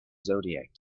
zodiac